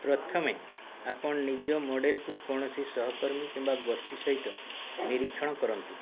ପ୍ରଥମେ ଆପଣ ନିଜ ମଡ଼େଲକୁ କୌଣସି ସହକର୍ମୀ କିମ୍ବା ଗୋଷ୍ଠୀ ସହିତ ନିରୀକ୍ଷଣ କରନ୍ତୁ